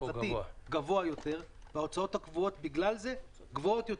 גבוה יותר וההוצאות הקבועות בגלל זה גבוהות יותר.